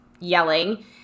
Yelling